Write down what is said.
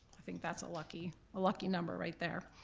i think that's a lucky ah lucky number right there.